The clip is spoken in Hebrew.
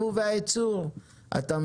לבוא ולהגיד שיש בחוץ איזה שהוא שוק ומחכים